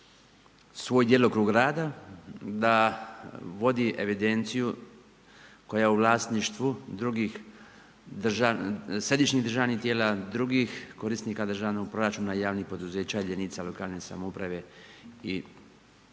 svoj djelokrug rada, da vodi evidenciju koja je u vlasništvu drugih, središnjih državnih tijela, drugih korisnika državnog proračuna i javnih poduzeća jedinice lokalne samouprave i ustanova